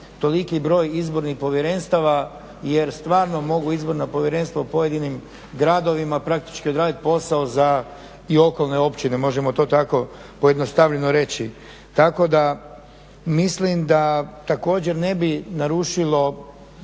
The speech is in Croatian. toliki broj Izbornih povjerenstava jer stvarno mogu Izborna povjerenstva u pojedinim gradovima praktički odraditi posao i za okolne općine, možemo to tako pojednostavljeno reći. Tako da mislim da također ne bi narušilo